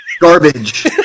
Garbage